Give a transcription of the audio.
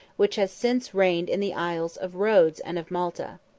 which has since reigned in the isles of rhodes and of malta.